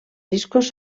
discos